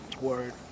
Word